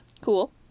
Cool